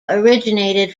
originated